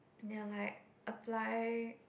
they're like apply